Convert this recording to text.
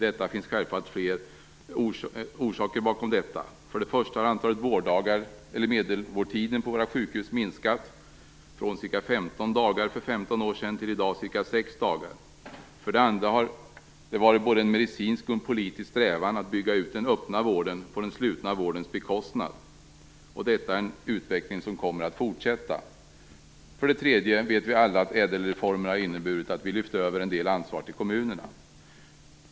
Det finns självfallet flera orsaker bakom detta. För det första har antalet vårddagar, eller medelvårdtiden, på våra sjukhus minskat från ca 15 dagar för 15 år sedan till i dag ca sex dagar. För det andra har det varit både en medicinsk och en politisk strävan att bygga ut den öpna vården på den slutna vårdens bekostnad. Detta är en utveckling som kommer att fortsätta. För det tredje vet vi alla att ÄDEL-reformen har inneburit att vi lyft över en del ansvar till kommunerna.